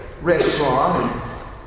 restaurant